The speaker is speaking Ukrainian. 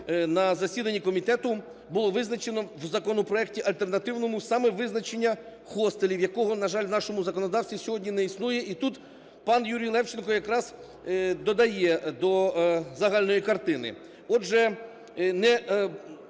на засіданні комітету було визначено в законопроекті альтернативному саме визначення "хостелу", якого, на жаль, в нашому законодавстві сьогодні не існує. І тут пан Юрій Левченко якраз додає до загальної картини. Отже,